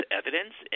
evidence